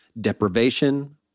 deprivation